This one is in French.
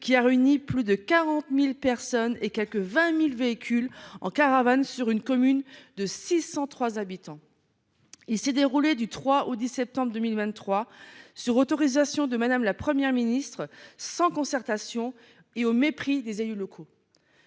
a réuni plus de 40 000 personnes et quelque 20 000 véhicules et caravanes, sur une commune de 603 habitants. Il s’est déroulé du 3 au 10 septembre 2023 sur autorisation de Mme la Première ministre, sans concertation et au mépris des élus locaux.